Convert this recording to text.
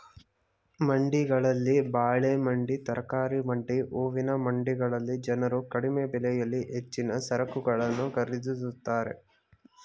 ಮಂಡಿಗಳಲ್ಲಿ ಬಾಳೆ ಮಂಡಿ, ತರಕಾರಿ ಮಂಡಿ, ಹೂವಿನ ಮಂಡಿಗಳಲ್ಲಿ ಜನರು ಕಡಿಮೆ ಬೆಲೆಯಲ್ಲಿ ಹೆಚ್ಚಿನ ಸರಕುಗಳನ್ನು ಖರೀದಿಸುತ್ತಾರೆ